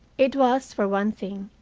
it was, for one thing,